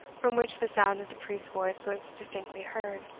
from which the sound of the priest's voice was distinctly heard,